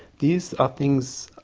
these are things,